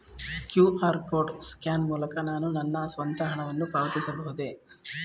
QR code scan ಮೂಲಕ ನಾನು ನನ್ನ ಸ್ವಂತ ಹಣವನ್ನು ಪಾವತಿಸಬಹುದೇ?